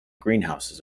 greenhouses